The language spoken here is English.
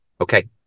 Okay